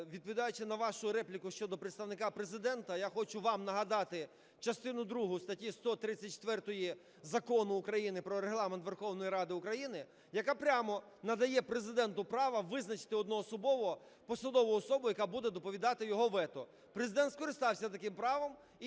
Відповідаючи на вашу репліку щодо Представника Президента, я хочу вам нагадати частину другу статті 134 Закону України "Про Регламент Верховної Ради України", яка прямо надає Президенту право визначити одноособово посадову особу, яка буде доповідати його вето. Президент скористався таким правом